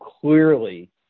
clearly